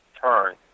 turn